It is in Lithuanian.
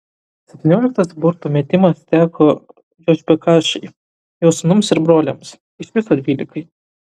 septynioliktas burtų metimas teko jošbekašai jo sūnums ir broliams iš viso dvylikai